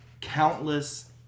countless